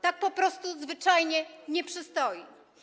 Tak po prostu zwyczajnie nie przystoi.